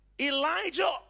Elijah